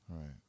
Right